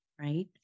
right